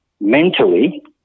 mentally